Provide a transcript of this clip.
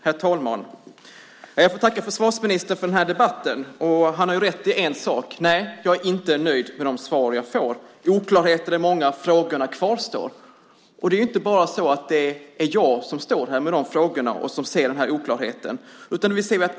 Herr talman! Jag får tacka försvarsministern för debatten. Han har rätt i en sak. Jag är inte nöjd med de svar som jag får. Oklarheterna är många och frågorna kvarstår. Det är inte bara jag som står här med dessa frågor och som ser oklarheterna.